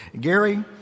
Gary